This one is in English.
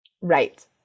Right